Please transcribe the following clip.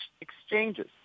exchanges